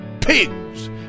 pigs